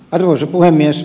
arvoisa puhemies